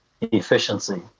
efficiency